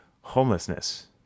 homelessness